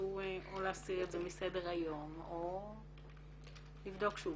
תרצו או להסיר את זה מסדר היום או לבדוק שוב.